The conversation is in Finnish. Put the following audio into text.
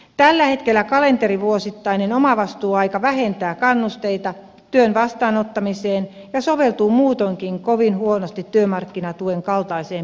tällä hetkellä kalenterivuosittainen omavastuuaika vähentää kannusteita työn vastaanottamiseen ja soveltuu muutoinkin kovin huonosti työmarkkinatuen kaltaiseen perusturvaan